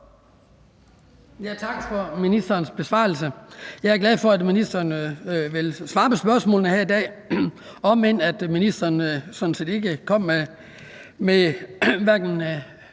Tak for ministerens besvarelse. Jeg er glad for, at ministeren ville svare på spørgsmålene her i dag, om end ministeren sådan set hverken